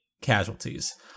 casualties